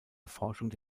erforschung